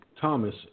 Thomas